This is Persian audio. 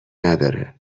نداره